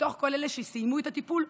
מתוך כל אלה שסיימו את הטיפול,